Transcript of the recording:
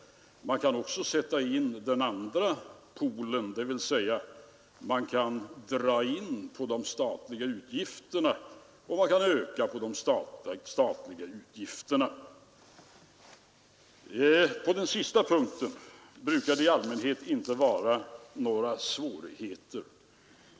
Man kan också sätta in den andra polen, dvs. man kan dra in på de statliga utgifterna och man kan öka på dessa utgifter. Beträffande den sista punkten brukar det i allmänhet inte vara några svårigheter.